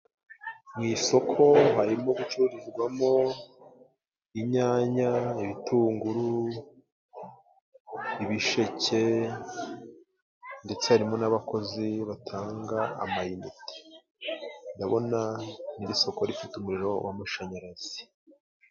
Mu isoko harimo gucururizwamo inyanya, ibitunguru, ibisheke ndetse harimo n'abakozi batanga amayiniti, ndabona iri soko rifite umuriro w'amashanyarazi.